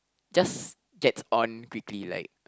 just get on quickly like